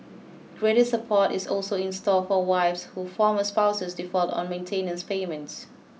greater support is also in store for wives who former spouses default on maintenance payments